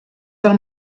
del